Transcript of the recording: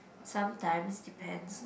sometimes depends